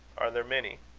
are there many?